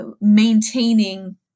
maintaining